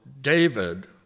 David